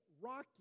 rocky